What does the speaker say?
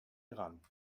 iran